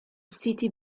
city